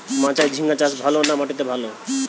মাচায় ঝিঙ্গা চাষ ভালো না মাটিতে ভালো?